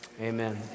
amen